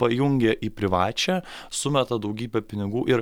pajungia į privačią sumeta daugybę pinigų ir